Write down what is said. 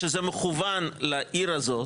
שזה מכוון לעיר הזאת.